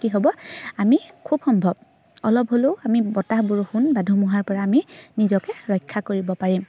কি হ'ব আমি খুব সম্ভৱ অলপ হ'লেও আমি বতাহ বৰষুণ বা ধুমুহাৰপৰা আমি নিজকে ৰক্ষা কৰিব পাৰিম